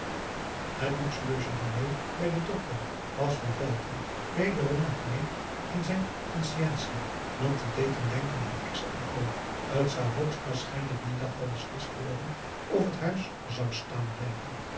het luxueus diner bij den dokter was van velton wederom een kneep in zijn conscientie want t deed hem denken aan ex en co t zou hoogst waarschijnlijk dien dag wel beslist worden of het huis zou staan blijven